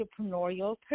entrepreneurial